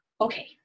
Okay